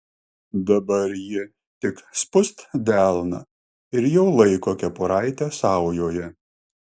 dabar ji tik spust delną ir jau laiko kepuraitę saujoje